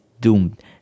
doomed